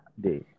day